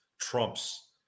trumps